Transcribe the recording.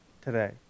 today